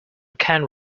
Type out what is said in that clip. can